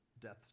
death's